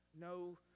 No